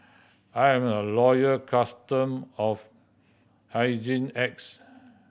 I am a loyal customer of Hygin X